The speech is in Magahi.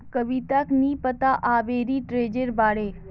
कविताक नी पता आर्बिट्रेजेर बारे